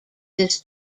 this